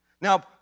Now